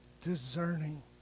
discerning